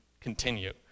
continue